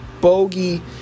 bogey